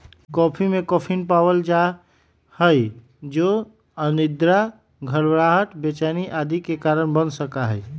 coffee में caffeine पावल जा हई जो अनिद्रा, घबराहट, बेचैनी आदि के कारण बन सका हई